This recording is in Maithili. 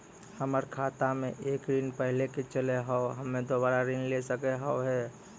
हमर खाता मे एक ऋण पहले के चले हाव हम्मे दोबारा ऋण ले सके हाव हे?